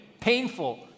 painful